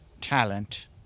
talent